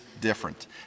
different